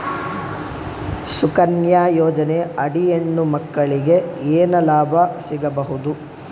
ಸುಕನ್ಯಾ ಯೋಜನೆ ಅಡಿ ಹೆಣ್ಣು ಮಕ್ಕಳಿಗೆ ಏನ ಲಾಭ ಸಿಗಬಹುದು?